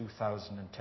2010